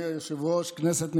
חברי הכנסת,